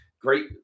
Great